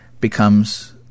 becomes